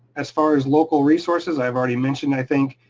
as far as local resources i've already mentioned, i think,